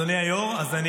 אדוני היושב-ראש,